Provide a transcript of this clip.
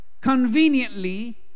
conveniently